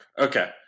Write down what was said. Okay